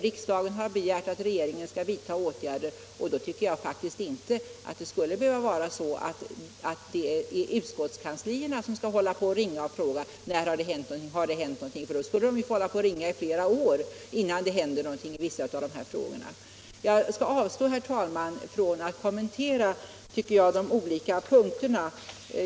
Riksdagen har begärt att regeringen skall vidta åtgärder, och då tycker jag faktiskt inte att utskottskanslierna skall behöva ringa och fråga när det hänt någonting. Då skulle de få hålla på och ringa i flera år innan det händer något i vissa av de här frågorna och de kan få besked. Jag skall avstå, herr talman, från att kommentera de olika punkterna.